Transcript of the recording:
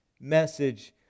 message